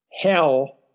Hell